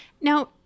Now